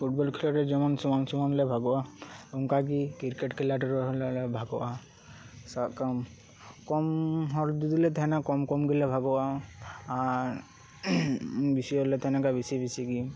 football ᱠᱷᱮᱞ ᱨᱮ ᱡᱮᱢᱚᱱ ᱥᱚᱢᱟᱱ ᱥᱚᱢᱟᱱᱞᱮ ᱵᱷᱟᱜᱚᱜᱼᱟ ᱚᱱᱠᱟ ᱜᱮ ᱠᱤᱨᱠᱮᱴ ᱠᱷᱮᱞ ᱨᱮᱦᱚᱸ ᱞᱮ ᱵᱷᱟᱜᱚᱜᱼᱟ ᱥᱟᱵ ᱠᱟᱢ ᱠᱚᱢ ᱦᱚᱲ ᱡᱩᱫᱤ ᱞᱮ ᱛᱟᱦᱮᱱᱟ ᱠᱚᱢ ᱠᱚᱢ ᱜᱮᱞᱮ ᱵᱷᱟᱜᱚᱜᱼᱟ ᱟᱨ ᱵᱤᱥᱤ ᱦᱚᱲ ᱞᱮ ᱛᱟᱦᱮᱞᱮᱱ ᱠᱷᱟᱱ ᱵᱤᱥᱤ ᱵᱤᱥᱤ ᱜᱤ